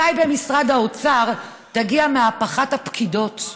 מתי במשרד האוצר תגיע מהפכת הפקידות?